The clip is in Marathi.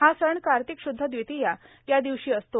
हा सण कार्तिक शुद्ध द्वितीया या दिवशी असतो